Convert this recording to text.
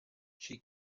she